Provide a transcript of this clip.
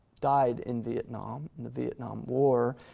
died in vietnam, in the vietnam war,